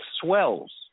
swells